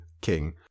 king